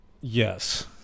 Yes